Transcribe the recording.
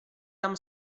tam